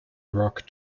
rock